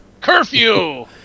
curfew